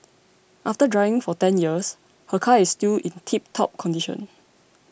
after driving for ten years her car is still in tiptop condition